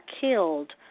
killed